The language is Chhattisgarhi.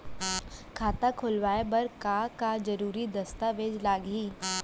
खाता खोलवाय बर का का जरूरी दस्तावेज लागही?